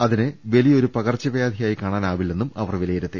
ഇതിനെ വലിയൊരു പകർച്ച വ്യാധിയായി കാണാനാവില്ലെന്നും അവർ വിലയിരുത്തി